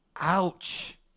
Ouch